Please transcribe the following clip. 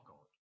God